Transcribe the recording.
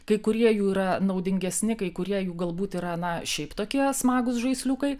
kai kurie jų yra naudingesni kai kurie jų galbūt yra na šiaip tokie smagūs žaisliukai